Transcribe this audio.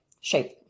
shape